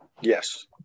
Yes